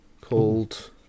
called